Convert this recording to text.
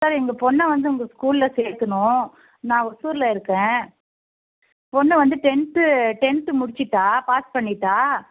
sir எங்கள் பொண்ணை வந்து உங்கள் ஸ்கூலில் சேர்க்கணும் நான் ஒசூரில் இருக்கேன் பெண்ணு வந்து டென்த்து டென்த்து முடிச்சுட்டா பாஸ் பண்ணிட்டாள்